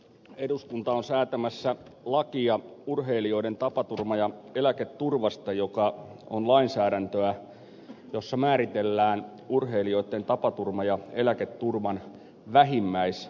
eduskunta on säätämässä lakia urheilijoiden tapaturma ja eläketurvasta joka on lainsäädäntöä jossa määritellään urheilijoitten tapaturma ja eläketurvan vähimmäistaso